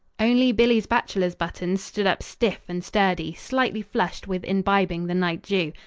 only billy's bachelor's-buttons stood up stiff and sturdy, slightly flushed with imbibing the night dew.